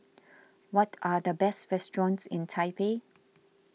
what are the best restaurants in Taipei